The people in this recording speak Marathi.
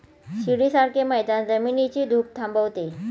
शिडीसारखे मैदान जमिनीची धूप थांबवते